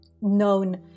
known